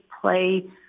play